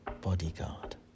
bodyguard